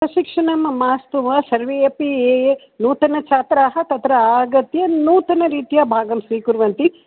प्रशिक्षणं मास्तु वा सर्वे अपि ये ये नूतनछात्राः तत्र आगत्य नूतनरीत्या भागं स्वीकुर्वन्ति